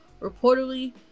reportedly